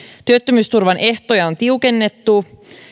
työttömyysturvan ehtoja on tiukennettu